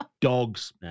dogs